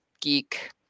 Geek